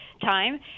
time